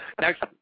Next